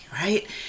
right